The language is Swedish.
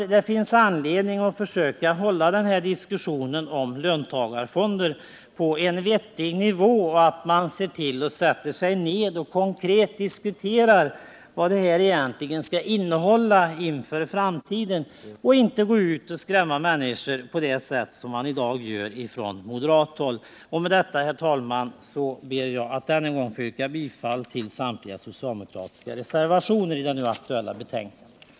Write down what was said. Det finns anledning att försöka hålla denna diskussion om löntagarfonder på en vettig nivå, sätta sig ner och konkret diskutera vad detta egentligen skall innehålla för framtiden och inte gå ut och skrämma människor på det sätt man i dag gör från moderat håll. Med detta, herr talman, ber jag att än en gång få yrka bifall till samtliga socialdemokratiska reservationer i det nu aktuella betänkandet.